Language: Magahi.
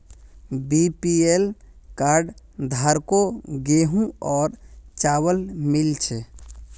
बीपीएल कार्ड धारकों गेहूं और चावल मिल छे